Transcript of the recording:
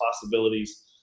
possibilities